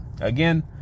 again